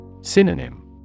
synonym